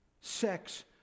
sex